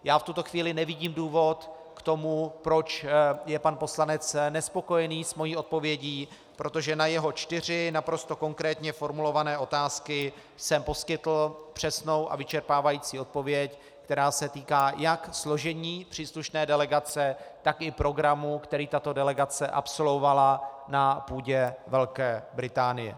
V tuto chvíli nevidím důvod k tomu, proč je pan poslanec nespokojený s mou odpovědí, protože na jeho čtyři naprosto konkrétně formulované otázky jsem poskytl přesnou a vyčerpávající odpověď, která se týká jak složení příslušné delegace, tak i programu, který tato delegace absolvovala na půdě Velké Británie.